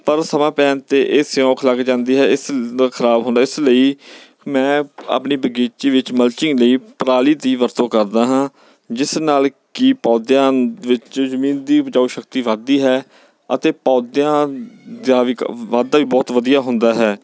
ਪਰ ਸਮਾਂ ਪੈਣ 'ਤੇ ਇਹ ਸਿਓਂਕ ਲੱਗ ਜਾਂਦੀ ਹੈ ਇਸਦਾ ਖਰਾਬ ਹੁੰਦਾ ਇਸ ਲਈ ਮੈਂ ਆਪਣੀ ਬਗੀਚੀ ਵਿੱਚ ਮਲਚਿੰਗ ਲਈ ਪਰਾਲੀ ਦੀ ਵਰਤੋਂ ਕਰਦਾ ਹਾਂ ਜਿਸ ਨਾਲ ਕਿ ਪੌਦਿਆਂ ਵਿੱਚ ਜ਼ਮੀਨ ਦੀ ਉਪਜਾਊ ਸ਼ਕਤੀ ਵਧਦੀ ਹੈ ਅਤੇ ਪੌਦਿਆਂ ਦਾ ਵੀ ਵਾਧਾ ਵੀ ਬਹੁਤ ਵਧੀਆ ਹੁੰਦਾ ਹੈ